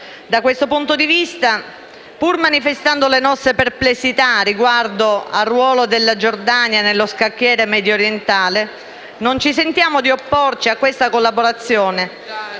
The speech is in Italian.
Da questo punto di vista, pur manifestando le nostre perplessità riguardo al ruolo della Giordania nello scacchiere mediorientale, non ci sentiamo di opporci a questa collaborazione